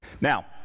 Now